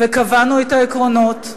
וקבענו את העקרונות,